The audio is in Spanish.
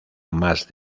más